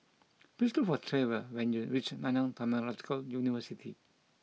please look for Trevor when you reach Nanyang Technological University